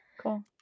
cool